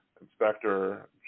Inspector